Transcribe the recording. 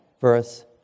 verse